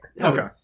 Okay